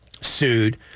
sued